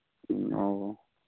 ꯎꯝ ꯑꯣ